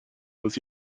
was